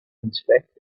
inspect